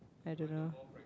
I don't know